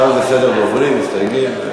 עכשיו זה סדר דוברים, מסתייגים.